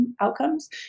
outcomes